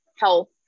health